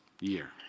year